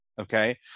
Okay